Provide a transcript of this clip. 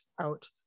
out